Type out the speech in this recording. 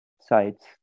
sites